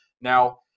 Now